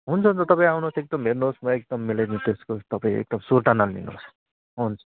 हुन्छ त तपाईँ आउनु होस् एकदम हेर्नु होस् म एकदम मिलाइदिन्छु त्यसको तपाईँ एकदम सुर्ता नलिनु होस् हुन्छ